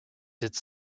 its